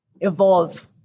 evolve